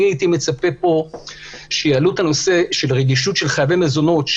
הייתי מצפה פה שיעלו את הנושא של רגישות של חייבי מזונות,